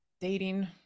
dating